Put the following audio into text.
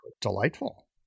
delightful